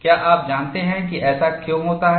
क्या आप जानते हैं कि ऐसा क्यों होता है